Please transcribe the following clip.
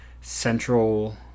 central